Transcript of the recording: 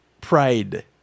pride